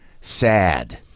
sad